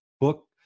book